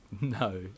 No